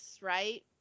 right